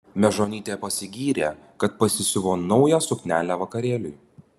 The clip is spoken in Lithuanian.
mežonytė pasigyrė kad pasisiuvo naują suknelę vakarėliui